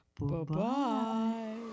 Bye-bye